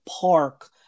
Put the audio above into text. park